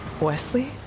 Wesley